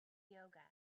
yoga